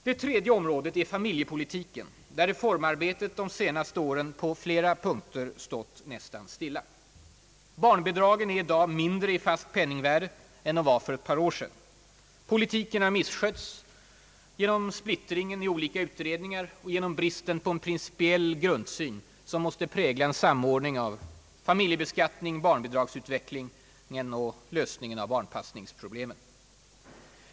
Det tredje området är familjepolitiken där reformarbetet de senaste åren på flera punkter stått nästan stilla. Barnbidragen är i dag mindre i fast penningvärde än de var för ett par år sedan. Politiken har misskötts genom splittringen på olika utredningar och genom bristen på en principiell grundsyn som måste prägla en samordning av familjebeskattning, barnbidragsutveckling och lösningen av barnpassningsproblemen.